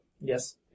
Yes